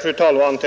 Fru talman!